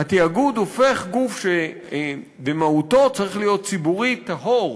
התאגוד הופך גוף שבמהותו צריך להיות ציבורי טהור,